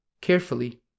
carefully